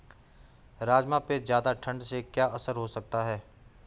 राजमा पे ज़्यादा ठण्ड से क्या असर हो सकता है?